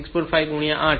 5 ગુણ્યાં 8 છે